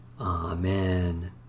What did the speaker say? Amen